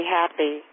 happy